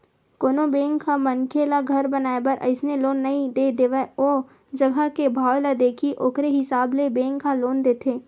कोनो बेंक ह मनखे ल घर बनाए बर अइसने लोन नइ दे देवय ओ जघा के भाव ल देखही ओखरे हिसाब ले बेंक ह लोन देथे